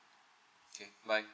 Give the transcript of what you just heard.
okay bye